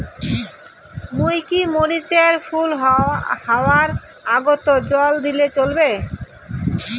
মুই কি মরিচ এর ফুল হাওয়ার আগত জল দিলে চলবে?